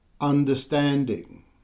Understanding